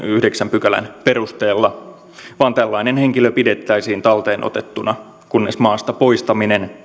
pykälän perusteella vaan tällainen henkilö pidettäisiin talteenotettuna kunnes maasta poistaminen